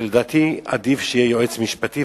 שלדעתי עדיף שיהיה יועץ משפטי.